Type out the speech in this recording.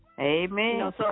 Amen